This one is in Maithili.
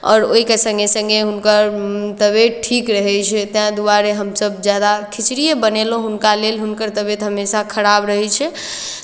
आओर ओहिके सङ्गे सङ्गे हुनकर तबियत ठीक रहै छै तैँ दुआरे हमसभ ज्यादा खिचड़िए बनेलहुँ हुनका लेल हुनकर तबियत हमेशा खराब रहै छै